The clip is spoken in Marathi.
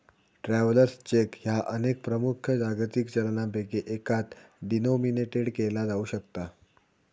ट्रॅव्हलर्स चेक ह्या अनेक प्रमुख जागतिक चलनांपैकी एकात डिनोमिनेटेड केला जाऊ शकता